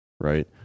Right